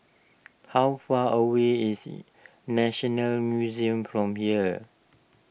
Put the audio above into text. how far away is National Museum from here